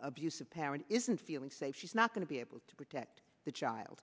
abusive parent isn't feeling safe she's not going to be able to protect the child